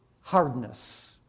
hardness